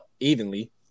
Evenly